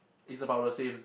it's about the same